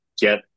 get